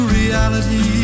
reality